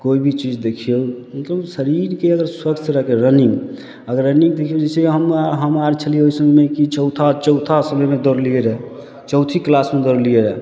कोइ भी चीज देखियौ मतलब ओ शरीरके अगर स्वस्थ रहैके रनिंग अगर रनिंग देखियौ जैसे हम आर हम आर छलिए ओहि समयमे चौथा चौथा समयमे दौड़लिए रऽ चौथी क्लासमे दौड़लिए रऽ